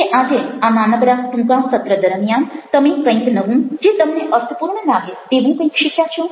કે આજે આ નાનકડા ટૂંકા સત્ર દરમિયાન તમે કઈંક નવું જે તમને અર્થપૂર્ણ લાગે તેવું કઈંક શીખ્યા છો